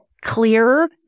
clearer